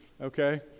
Okay